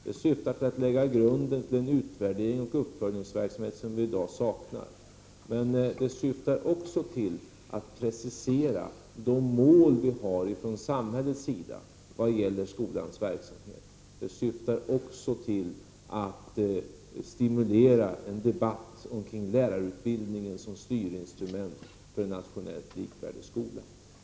Det syftar till att lägga grunden till en utvärdering och en uppföljningsverksamhet som vi i dag saknar. Men det syftar också till att precisera de mål som samhället har vad gäller skolans verksamhet. Det syftar också till att stimulera en debatt kring lärarutbildningen som styrinstrument för en nationellt likvärdig skola.